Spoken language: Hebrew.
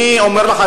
אני אומר לך,